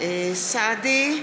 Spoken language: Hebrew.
אוסאמה סעדי,